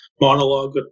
monologue